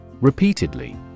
Repeatedly